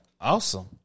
awesome